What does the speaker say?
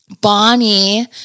Bonnie